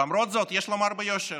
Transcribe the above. למרות זאת, יש לומר ביושר,